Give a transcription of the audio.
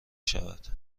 شود